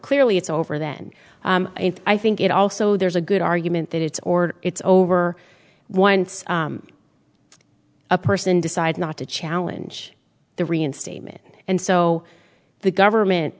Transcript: clearly it's over then i think it also there's a good argument that it's ordered it's over once a person decides not to challenge the reinstatement and so the government